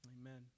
Amen